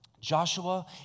Joshua